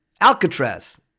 Alcatraz